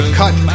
cut